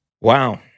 wow